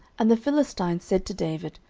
and the philistine said to david,